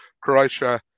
Croatia